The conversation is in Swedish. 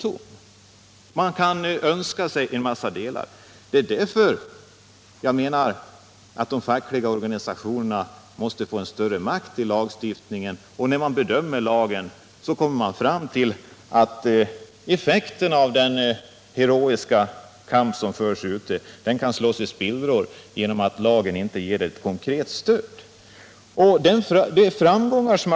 Som jag ser det är arbetsmiljölagen på den här punkten ganska tom. De fackliga organisationerna måste genom lagstiftningen få en större makt. Den heroiska kamp som förs kan slås i spillror och bli effektlös på grund av att lagen inte ger de fackliga organisationerna ett tillräckligt stöd.